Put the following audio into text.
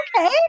Okay